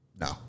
no